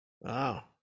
wow